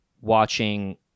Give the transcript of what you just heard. watching